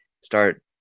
start